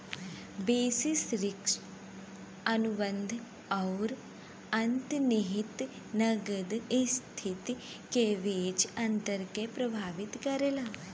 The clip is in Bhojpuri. बेसिस रिस्क अनुबंध आउर अंतर्निहित नकद स्थिति के बीच अंतर के प्रभावित करला